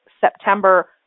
September